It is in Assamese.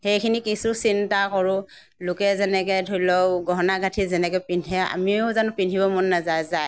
সেইখিনি কিছু চিন্তা কৰোঁ লোকে যেনেকৈ ধৰি লওক গহণা গাঁঠৰি যেনেকৈ পিন্ধে আমিও জানো পিন্ধিব মন নেযায় যায়